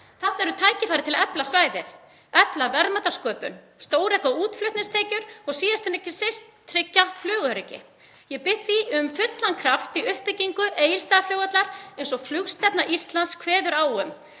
Þarna eru tækifæri til að efla svæðið, efla verðmætasköpun, stórauka útflutningstekjur og síðast en ekki síst að tryggja flugöryggi. Ég bið því um fullan kraft í uppbyggingu Egilsstaðaflugvallar eins og flugstefna Íslands kveður á um.